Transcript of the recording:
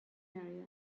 area